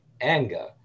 anger